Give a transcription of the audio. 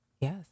yes